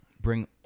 bring